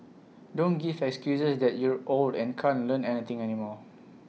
don't give excuses that you're old and can't Learn Anything anymore